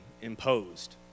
imposed